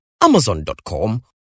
amazon.com